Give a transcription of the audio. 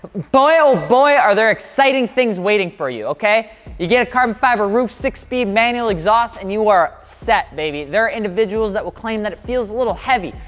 boy oh boy are there exciting things waiting for you, okay you get a carbon fiber roof, six speed manual exhaust, and you are set baby. there're individuals that will claim that it feels a little heavy,